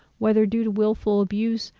whether due to willful abuse,